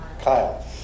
Kyle